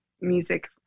music